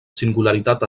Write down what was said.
singularitat